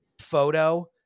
photo